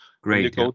Great